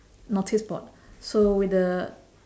notice board so with the